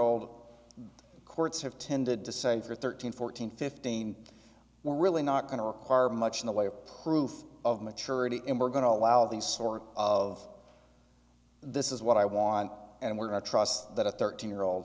the courts have tended to say for thirteen fourteen fifteen we're really not going to require much in the way of proof of maturity and we're going to allow these sort of this is what i want and we're going to trust that a thirteen year old